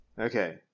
Okay